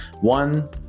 One